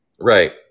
Right